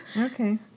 Okay